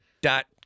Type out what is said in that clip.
Dot